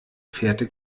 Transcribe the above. fährte